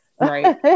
right